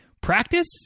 Practice